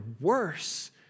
worse